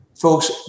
folks